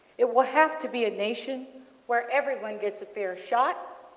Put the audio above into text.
it will have to be a nation where everyone gets a fair shot,